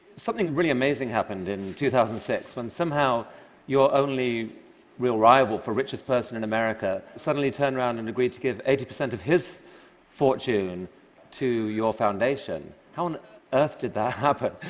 something really amazing happened in two thousand and six, when somehow your only real rival for richest person in america suddenly turned around and agreed to give eighty percent of his fortune to your foundation. how on earth did that happen?